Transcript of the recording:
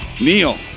Neil